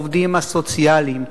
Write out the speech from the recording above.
העובדים הסוציאליים.